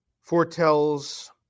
foretells